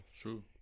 true